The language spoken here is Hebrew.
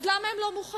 אז למה הם לא מוכנים?